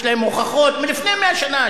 יש להם הוכחות מלפני 100 שנה,